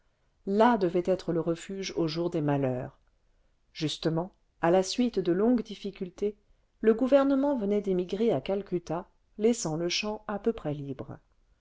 là devait être le refuge au jour des malheurs justement à la suite de longues difficultés le gouvernement venait d'émigrer à calcutta laissant le champ à peu près libre